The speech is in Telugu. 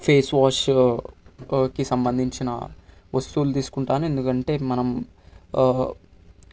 ఫేస్వాష్కి సంబంధించిన వస్తువులు తీసుకుంటాను ఎందుకంటే మనం